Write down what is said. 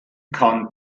kann